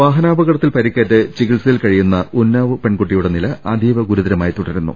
വാഹനാപകടത്തിൽ പരിക്കേറ്റ് ചികിത്സയിൽ കഴിയുന്ന ഉന്നാവ് പെൺകുട്ടിയുടെ നില് അതീവ ഗുരുതരമായി തുട രുന്നു